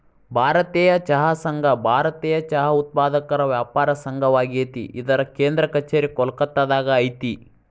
ಭಾರತೇಯ ಚಹಾ ಸಂಘ ಭಾರತೇಯ ಚಹಾ ಉತ್ಪಾದಕರ ವ್ಯಾಪಾರ ಸಂಘವಾಗೇತಿ ಇದರ ಕೇಂದ್ರ ಕಛೇರಿ ಕೋಲ್ಕತ್ತಾದಾಗ ಐತಿ